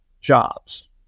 jobs